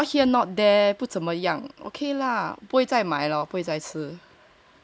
不怎么样 okay lah 不会再买了不会再吃